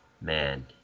Man